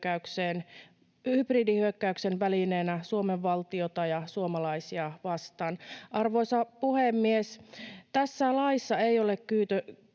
hybridihyökkäyksen välineenä Suomen valtiota ja suomalaisia vastaan. Arvoisa puhemies! Tässä laissa ei ole kyse